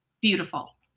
Beautiful